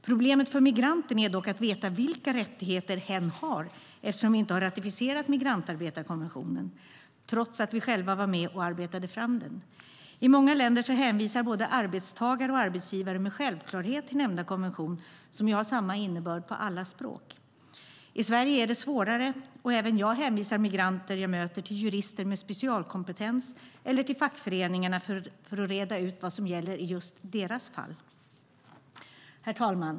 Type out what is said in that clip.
Problemet för migranten är dock att veta vilka rättigheter hen har, eftersom vi inte har ratificerat migrantarbetarkonventionen trots att vi själva var med och arbetade fram den. I många länder hänvisar både arbetstagare och arbetsgivare med självklarhet till nämnda konvention, som ju har samma innebörd på alla språk. I Sverige är det svårare, och även jag hänvisar migranter jag möter till jurister med specialkompetens eller till fackföreningarna för att reda ut vad som gäller i just deras fall. Herr talman!